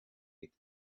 with